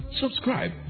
Subscribe